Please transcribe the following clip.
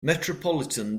metropolitan